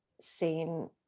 seen